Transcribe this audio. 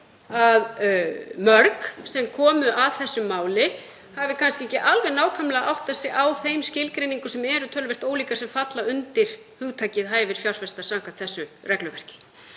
að mörg sem komu að þessu máli hafi kannski ekki alveg nákvæmlega áttað sig á þeim skilgreiningum, sem eru töluvert ólíkar, sem falla undir hugtakið hæfir fjárfestar samkvæmt þessu regluverki.